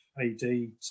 AD